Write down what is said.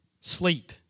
sleep